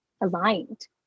aligned